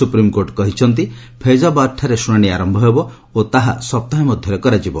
supreme court କହିଛନ୍ତି ଫୈଜାବାଦଠାରେ ଶୁଣାଣି ଆରମ୍ଭ ହେବ ଓ ତାହା ସପ୍ତାହେ ମଧ୍ୟରେ କରାଯିବ